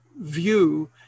view